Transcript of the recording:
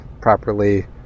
properly